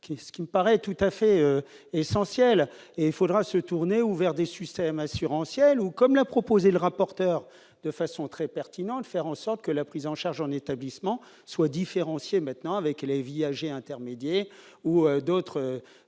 ce qui me paraît tout à fait essentiel. Il faudra se tourner vers des systèmes assurantiels ou, comme l'a proposé le rapporteur de façon très pertinente, faire en sorte que la prise en charge en établissement soit différenciée avec les viagers intermédiés ou d'autres